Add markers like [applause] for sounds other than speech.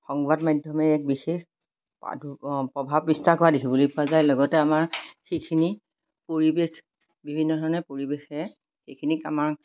সংবাদ মাধ্যমে এক বিশেষ [unintelligible] প্ৰভাৱ বিস্তাৰ কৰা দেখিবলৈ পোৱা যায় লগতে আমাৰ সেইখিনি পৰিৱেশ বিভিন্ন ধৰণে পৰিৱেশে সেইখিনিক আমাৰ